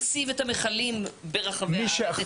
אבל מי מציב את המכלים ברחבי הארץ?